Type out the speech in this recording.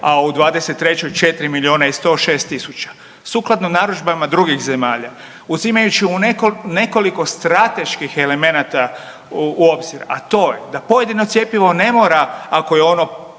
a u '23. 4 milijuna i 106 tisuća. Sukladno narudžbama drugih zemalja uzimajući u nekoliko strateških elemenata u obzir, a to je da pojedino cjepivo ne mora ako je ono